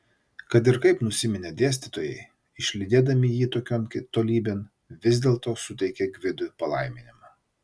kad ir kaip nusiminė dėstytojai išlydėdami jį tokion tolybėn vis dėlto suteikė gvidui palaiminimą